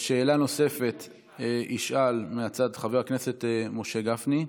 שאלה נוספת ישאל מהצד חבר הכנסת משה גפני.